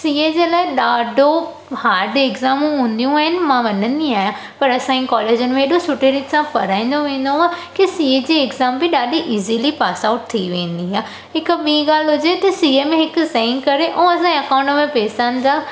C A जे लाइ ॾाढो हार्ड एग्ज़ामूं हूंदियूं आहिनि मां मञींदी आहियां पर असांजे कॉलेजनि में एॾो सुठी रीति सां पढ़ाईंदो वेंदो आहे की सी ए जी एग्ज़ाम ॾाढी ईज़िली पास आउट थी वेंदी आहे हिकु ॿी ॻाल्हि हुजे त सी ए में हिक साइन करे ऐं असांजे एकाउंट में पैसनि जा